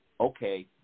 okay